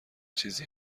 چیزی